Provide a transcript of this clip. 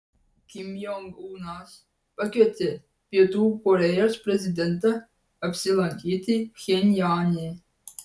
kim jong unas pakvietė pietų korėjos prezidentą apsilankyti pchenjane